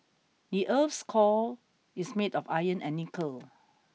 the earth's core is made of iron and nickel